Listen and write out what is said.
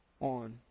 on